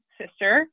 sister